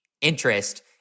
interest